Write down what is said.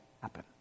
happen